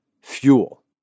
fuel